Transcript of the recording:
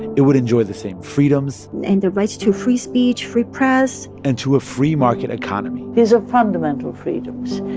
it would enjoy the same freedoms. and the rights to free speech, free press. and to a free market economy these are fundamental freedoms,